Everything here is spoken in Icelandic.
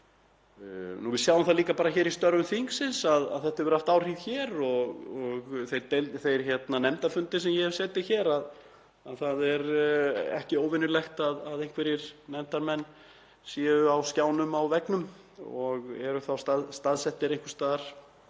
Við sjáum það líka bara hér í störfum þingsins að þetta hefur haft áhrif. Þeir nefndarfundir sem ég hef setið hér, það er ekki óvenjulegt að einhverjir nefndarmenn séu á skjánum á veggnum og eru þá staðsettir einhvers staðar